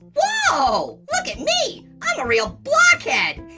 whoa, look at me. i'm a real blockhead.